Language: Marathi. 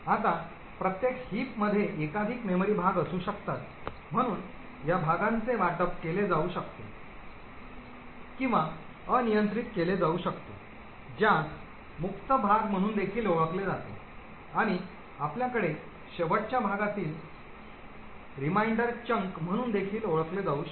आता प्रत्येक हिप मध्ये एकाधिक मेमरी भाग असू शकतात म्हणून या भागांचे वाटप केले जाऊ शकते किंवा अनियंत्रित केले जाऊ शकते ज्यास मुक्त भाग म्हणून देखील ओळखले जाते आणि आपल्याकडे शेवटच्या भागातील अव्वल भाग म्हणून एक शीर्ष भाग म्हणून देखील ओळखले जाऊ शकते